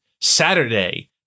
Saturday